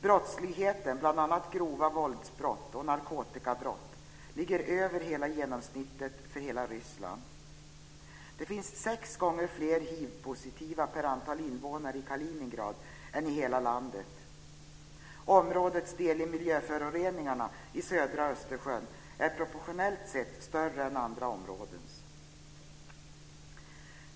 Brottsligheten, bl.a. grova våldsbrott och narkotikabrott, ligger över genomsnittet för hela Ryssland. - Det finns sex gånger fler hivpositiva i Kaliningrad än i hela landet. - Områdets del i miljöföroreningarna i södra Östersjön är proportionellt sett större än andra områdens.